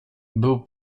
był